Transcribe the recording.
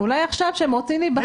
אולי עכשיו כשהם רוצים להיבחר,